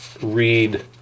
read